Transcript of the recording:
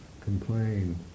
complain